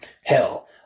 Hell